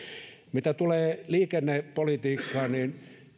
mitä tulee liikennepolitiikkaan niin